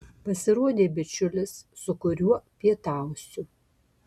pasirodė bičiulis su kuriuo pietausiu